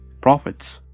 prophets